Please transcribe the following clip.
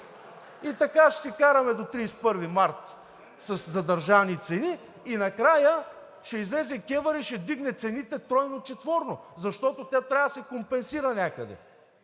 И така ще си караме до 31 март със задържани цени и накрая ще излезе КЕВР и ще вдигне цените тройно и четворно, защото трябва да се компенсира някъде.